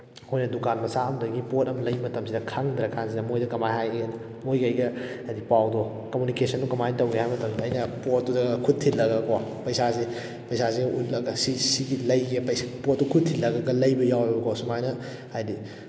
ꯑꯩꯈꯣꯏꯅ ꯗꯨꯀꯥꯟ ꯃꯆꯥ ꯑꯃꯗꯒꯤ ꯄꯣꯠ ꯑꯃ ꯂꯩꯕ ꯃꯇꯝꯁꯤꯗ ꯈꯪꯗ꯭ꯔꯀꯥꯟꯁꯤꯗ ꯃꯣꯏꯗ ꯀꯃꯥꯏꯅ ꯍꯥꯏꯒꯦ ꯃꯣꯏꯒ ꯑꯩꯒ ꯍꯥꯏꯕꯗꯤ ꯄꯥꯎꯗꯣ ꯀꯃꯨꯅꯤꯀꯦꯁꯟꯗꯨ ꯀꯃꯥꯏꯟ ꯇꯧꯒꯦ ꯍꯥꯏꯕ ꯃꯇꯝꯗ ꯑꯩꯅ ꯄꯣꯠꯇꯨꯗ ꯈꯨꯠ ꯊꯤꯜꯂꯒꯀꯣ ꯄꯩꯁꯥꯁꯦ ꯄꯩꯁꯥꯁꯦ ꯎꯠꯂꯒ ꯁꯤ ꯁꯤꯒꯤ ꯂꯩꯒꯦ ꯄꯣꯠꯇꯨ ꯈꯨꯠ ꯊꯤꯜꯂꯒꯒ ꯂꯩꯕ ꯌꯥꯎꯏꯕꯀꯣ ꯁꯨꯃꯥꯏꯅ ꯍꯥꯏꯕꯗꯤ